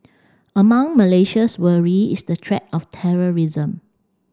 among Malaysia's worry is the threat of terrorism